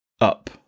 up